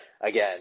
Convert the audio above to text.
again